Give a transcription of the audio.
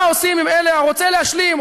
מה עושים עם "הרוצה להשלים"?